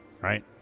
right